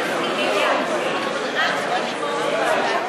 החברים מסכימים להמתין עד שתגמור הוועדה את עבודתה.